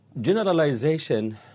Generalization